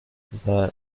but